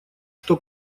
что